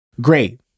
Great